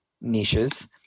niches